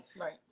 right